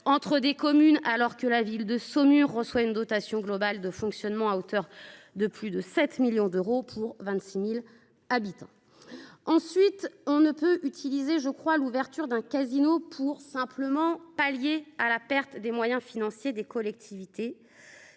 entre des communes alors que la ville de Saumur reçoit une dotation globale de fonctionnement à hauteur de plus de 7 millions d'euros pour 26.000 habitants. Ensuite, on ne peut utiliser je crois l'ouverture d'un casino pour simplement pallier à la perte des moyens financiers des collectivités